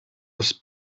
was